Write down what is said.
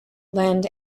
land